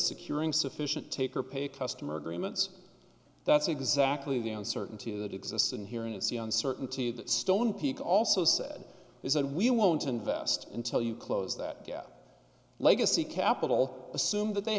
securing sufficient take or pay customer agreements that's exactly the uncertainty that exists in here in a sea uncertainty that stone pete also said is that we won't invest until you close that gap at legacy capital assume that they